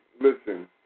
listen